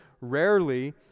rarely